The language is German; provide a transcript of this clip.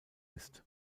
ist